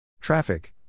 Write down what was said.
TRAFFIC